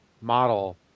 model